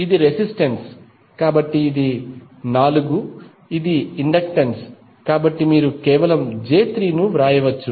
ఇది రెసిస్టెన్స్ కాబట్టి ఇది 4 ఇది ఇండక్టెన్స్ కాబట్టి మీరు కేవలం j3 ను వ్రాయవచ్చు